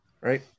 right